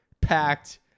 packed